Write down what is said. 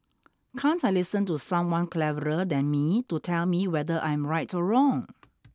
can't I listen to someone cleverer than me to tell me whether I'm right or wrong